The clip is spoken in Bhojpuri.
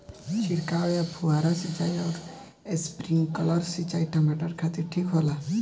छिड़काव या फुहारा सिंचाई आउर स्प्रिंकलर सिंचाई टमाटर खातिर ठीक होला?